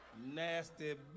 nasty